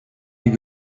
you